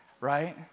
right